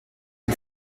une